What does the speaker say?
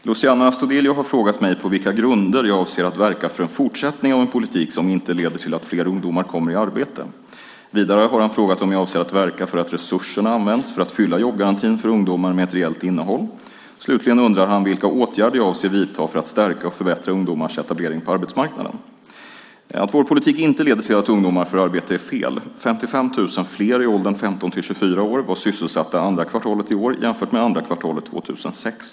Herr talman! Luciano Astudillo har frågat mig på vilka grunder jag avser att verka för en fortsättning av en politik som inte leder till att fler ungdomar kommer i arbete. Vidare har han frågat om jag avser att verka för att resurserna används för att fylla jobbgarantin för ungdomar med ett reellt innehåll. Slutligen undrar han vilka andra åtgärder jag avser att vidta för att stärka och förbättra ungdomars etablering på arbetsmarknaden. Att vår politik inte leder till att ungdomar får arbete är fel. 55 000 fler i åldern 15-24 år var sysselsatta andra kvartalet i år jämfört med andra kvartalet 2006.